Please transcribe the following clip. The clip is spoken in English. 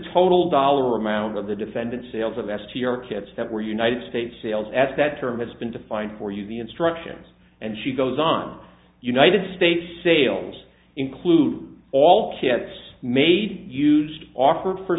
total dollar amount of the defendant sales of s to your kids that were united states sales at that term has been defined for you the instructions and she goes on united states sales include all kids made used offered for